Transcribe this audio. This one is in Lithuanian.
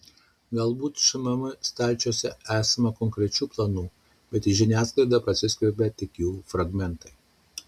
galbūt šmm stalčiuose esama konkrečių planų bet į žiniasklaidą prasiskverbia tik jų fragmentai